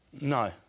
No